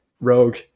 Rogue